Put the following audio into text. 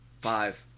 Five